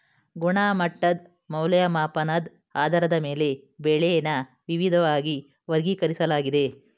ಗುಣಮಟ್ಟದ್ ಮೌಲ್ಯಮಾಪನದ್ ಆಧಾರದ ಮೇಲೆ ಬೆಳೆನ ವಿವಿದ್ವಾಗಿ ವರ್ಗೀಕರಿಸ್ಲಾಗಿದೆ